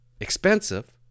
expensive